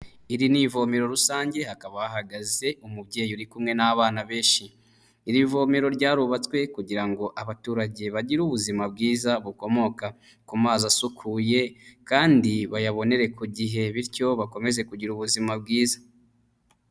Iri ni ivomero rusange, hakaba hahagaze umubyeyi uri kumwe n'abana benshi. Irivomero ryarubatswe kugira ngo abaturage bagire ubuzima bwiza bukomoka ku mazi asukuye, kandi bayabonere ku gihe; bityo bakomeze kugira ubuzima bwiza.